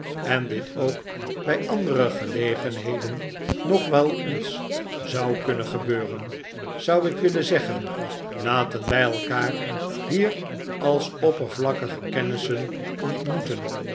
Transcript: en dit ook bij andere gelegenheden nog wel eens zou kunnen gebeuren zou ik willen zeggen laten wij elkaar hier als oppervlakkige kennissen ontmoeten